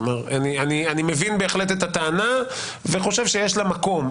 אני מבין בהחלט את הטענה וחושב שיש לה מקום.